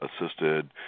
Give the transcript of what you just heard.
assisted